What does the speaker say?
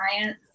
science